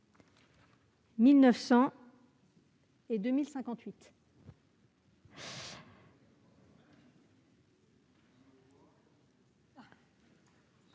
1900 et 2058.